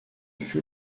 fut